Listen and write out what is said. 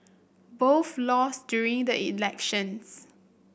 both lost during the elections